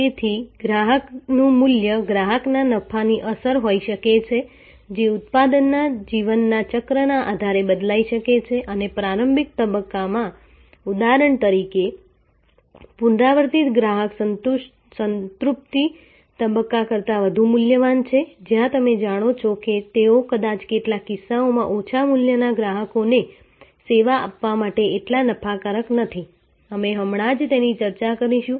તેથી ગ્રાહકનું મૂલ્ય ગ્રાહકના નફાની અસર હોઈ શકે છે જે ઉત્પાદનના જીવન ચક્રના આધારે બદલાઈ શકે છે અને પ્રારંભિક તબક્કામાં ઉદાહરણ તરીકે પુનરાવર્તિત ગ્રાહક સંતૃપ્તિ તબક્કા કરતાં વધુ મૂલ્યવાન છે જ્યાં તમે જાણો છો કે તેઓ કદાચ કેટલાક કિસ્સાઓમાં ઓછા મૂલ્યના ગ્રાહકોને સેવા આપવા માટે એટલા નફાકારક નથી અમે હમણાં જ તેની ચર્ચા કરીશું